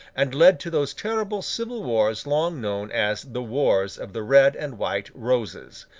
and led to those terrible civil wars long known as the wars of the red and white roses,